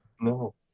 No